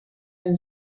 been